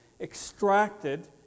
extracted